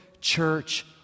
church